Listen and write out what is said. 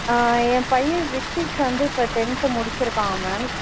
என் பையன் ரித்திக் வந்து இப்போ டென்த்து முடித்திருக்கான் மேம்